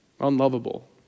Unlovable